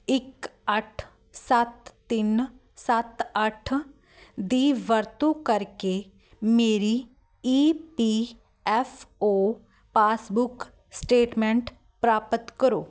ਇੱਕ ਅੱਠ ਸੱਤ ਤਿੰਨ ਸੱਤ ਅੱਠ ਦੀ ਵਰਤੋਂ ਕਰਕੇ ਮੇਰੀ E P F O passbook statement ਪ੍ਰਾਪਤ ਕਰੋ